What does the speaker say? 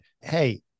hey